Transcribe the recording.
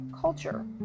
culture